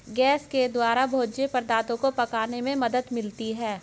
gas के द्वारा भोज्य पदार्थो को पकाने में मदद मिलती है